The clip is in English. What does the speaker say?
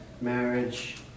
marriage